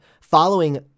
following